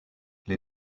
les